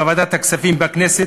בוועדת הכספים בכנסת,